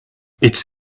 it’s